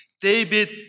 David